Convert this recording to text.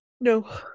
No